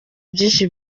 byinshi